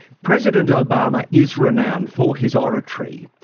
president obama is renowned for his oratory.